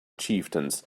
chieftains